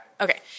Okay